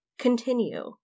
continue